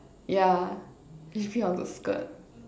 yeah she pee on the skirt